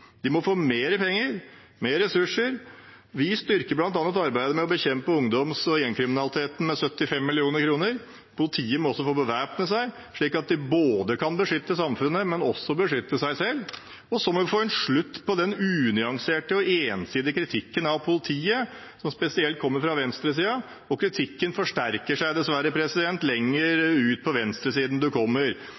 De må få mer penger, mer ressurser. Vi styrker bl.a. arbeidet med å bekjempe ungdoms- og gjengkriminaliteten med 75 mill. kr. Politiet må også få bevæpne seg, slik at de kan beskytte både samfunnet og også seg selv, og så må vi få en slutt på den unyanserte og ensidige kritikken av politiet, noe som spesielt kommer fra venstresiden. Kritikken forsterker seg dessverre jo lenger ut på venstresiden man kommer.